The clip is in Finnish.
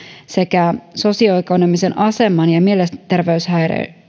sekä sosioekonomisen aseman ja mielenterveyshäiriöiden